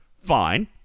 fine